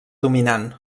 dominant